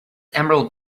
emerald